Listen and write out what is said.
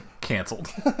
Canceled